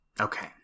Okay